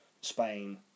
spain